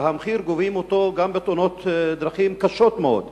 ואת המחיר גובים גם בתאונות דרכים קשות מאוד.